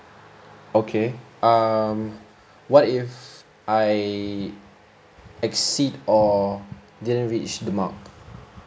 okay um what if I exceed or didn't reach the mark